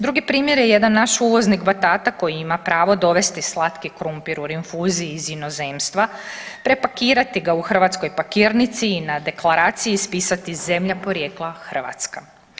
Drugi primjer je jedan naš uvoznik batata koji ima pravo dovesti slatki krumpir u rinfuzi iz inozemstva, prepakirati ga u hrvatskoj pakirnici i na deklaraciji ispisati Zemlja porijekla Hrvatska.